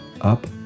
up